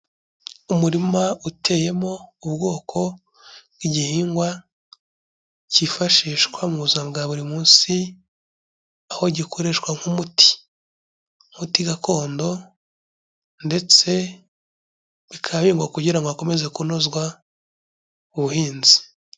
Umurima uteyemo ubwoko bw'igihingwa cyifashishwa mu buzima bwa buri munsi, aho gikoreshwa nk'umuti, umuti gakondo ndetse bikaba bihigwa kugira ngo hakomeze kunozwa ubuhinzi.